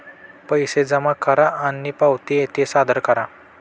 पैसे जमा करा आणि पावती येथे सादर करा